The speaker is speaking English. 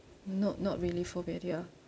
not not really phobia ya